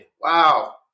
Wow